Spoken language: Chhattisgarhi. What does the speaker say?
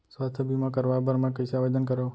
स्वास्थ्य बीमा करवाय बर मैं कइसे आवेदन करव?